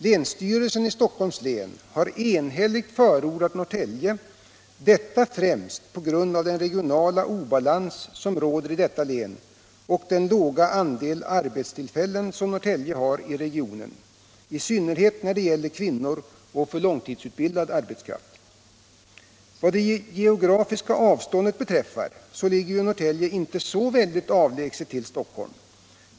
Länsstyrelsen i Stockholms län har enhälligt förordat Norrtälje, detta främst på grund av den regionala obalans som råder i detta län och den låga andel arbetstillfällen som Norrtälje har i regionen, i synnerhet när det gäller kvinnor och långtidsutbildad arbetskraft. Vad det geografiska avståndet beträffar ligger ju Norrtälje inte så väldigt avlägset från Stockholm.